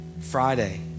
Friday